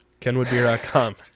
Kenwoodbeer.com